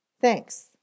Thanks